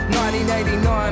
1989